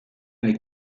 nel